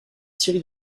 thierry